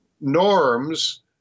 norms